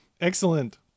Excellent